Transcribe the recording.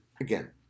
again